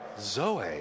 zoe